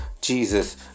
Jesus